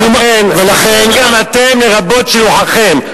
ולכן, אתם, גם אתם לרבות שלוחכם.